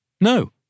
No